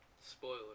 Spoiler